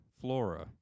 flora